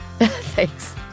Thanks